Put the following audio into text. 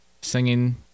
singing